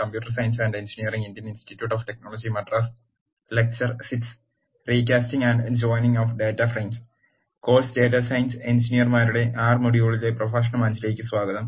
course data science എഞ്ചിനീയർമാരുടെ R മൊഡ്യൂളിലെ പ്രഭാഷണം 5 ലേക്ക് സ്വാഗതം